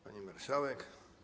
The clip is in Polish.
Pani Marszałek!